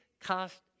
cost